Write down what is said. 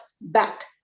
back